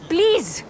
Please